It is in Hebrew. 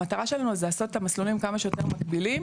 המטרה שלנו זה לעשות את המסלולים כמה שיותר מקבילים,